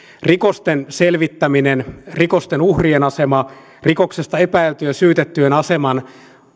rikosten selvittäminen rikosten uhrien asema rikoksesta epäiltyjen ja syytettyjen aseman